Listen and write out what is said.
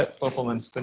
performance